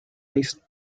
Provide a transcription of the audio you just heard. iced